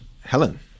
Helen